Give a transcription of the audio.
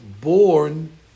born